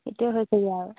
সেইটোৱে হৈছেগৈ আৰু